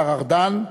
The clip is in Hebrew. השר ארדן,